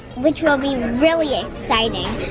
which will be really exciting,